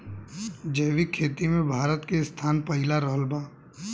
जैविक खेती मे भारत के स्थान पहिला रहल बा